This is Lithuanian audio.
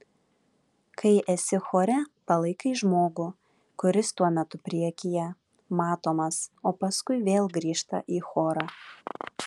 kai esi chore palaikai žmogų kuris tuo metu priekyje matomas o paskui vėl grįžta į chorą